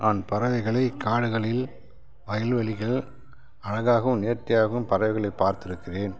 நான் பறவைகளை காடுகளில் வயல்வெளிகள் அழகாகவும் நேர்த்தியாகவும் பறவைகளை பார்த்திருக்கிறேன்